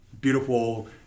beautiful